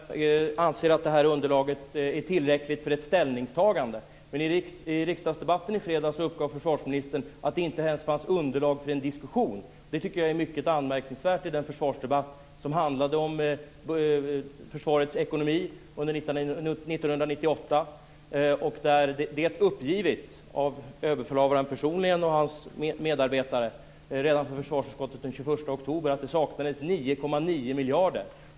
Fru talman! Jag har respekt för att försvarsministern inte anser att det här underlaget är tillräckligt för ett ställningstagande. Men i riksdagsdebatten i fredags uppgav försvarsministern att det inte ens fanns underlag för en diskussion. Det tycker jag är mycket anmärkningsvärt i den försvarsdebatt som handlade om försvarets ekonomi under 1998 och då det uppgivits av överbefälhavaren personligen och hans medarbetare redan i försvarsutskottet den 21 oktober att det saknades 9,9 miljarder.